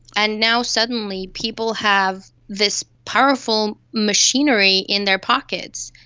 and now suddenly people have this powerful machinery in their pockets,